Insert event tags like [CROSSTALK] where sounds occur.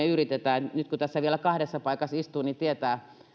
[UNINTELLIGIBLE] yritämme nyt kun tässä vielä kahdessa paikassa istuu niin tietää